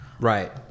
Right